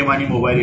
M आणि mobile ए